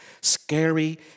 Scary